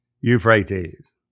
Euphrates